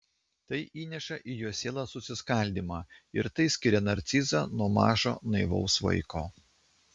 tai įneša į jo sielą susiskaldymą ir tai skiria narcizą nuo mažo naivaus vaiko